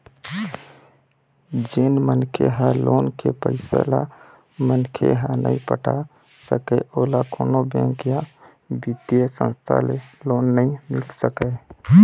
जेन मनखे ह लोन के पइसा ल मनखे ह नइ पटा सकय ओला कोनो बेंक या बित्तीय संस्था ले लोन नइ मिल सकय